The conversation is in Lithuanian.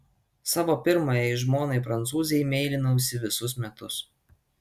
savo pirmajai žmonai prancūzei meilinausi visus metus